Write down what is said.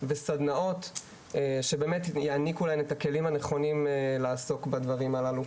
בסדנאות שבאמת יעניקו להן את הכלים הנכונים לעסוק בדברים הללו.